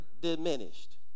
diminished